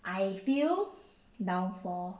I feel downfall